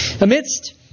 Amidst